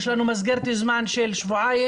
יש לנו מסגרת זמן של שבועיים.